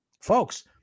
Folks